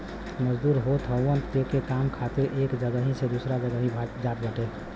मजदूर होत हवन जे काम खातिर एक जगही से दूसरा जगही जात बाटे